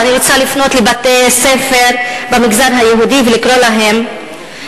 ואני רוצה לפנות לבתי-ספר במגזר היהודי ולקרוא להם,